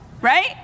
right